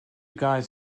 guys